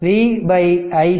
V I V 1 V